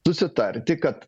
susitarti kad